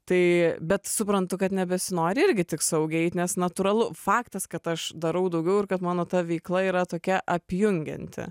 tai bet suprantu kad nebesinori irgi tik saugiai eiti nes natūralu faktas kad aš darau daugiau ir kad mano ta veikla yra tokia apjungianti